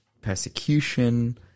persecution